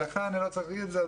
לך אני לא צריך לספר את זה.